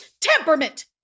temperament